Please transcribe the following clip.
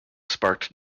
sparked